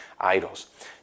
idols